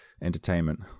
entertainment